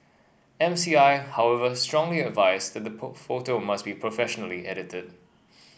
M C I however strongly advised that put photo must be professionally edited